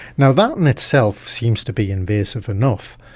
now, that in itself seems to be invasive enough,